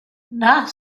nach